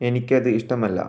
എനിക്കത് ഇഷ്ടമല്ല